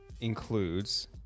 includes